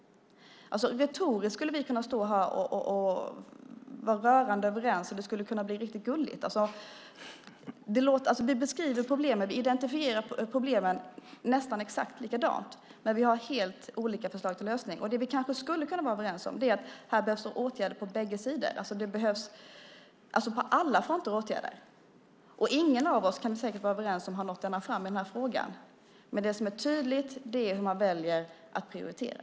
Retoriskt skulle vi kunna vara rörande överens och det skulle kunna bli riktigt gulligt. Vi identifierar problemen nästan likadant, men vi har helt olika förslag till lösning. Något som vi kanske skulle kunna vara överens om är att det behövs åtgärder på båda sidor. Det behövs åtgärder på alla fronter. Ingen av oss har nått ända fram i den här frågan; det kan vi säkert vara överens om. Det som är tydligt är hur man väljer att prioritera.